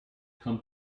come